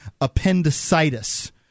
appendicitis